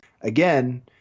Again